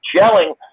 gelling